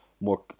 more